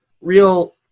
real